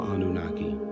Anunnaki